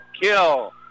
kill